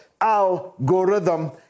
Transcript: algorithm